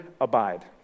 abide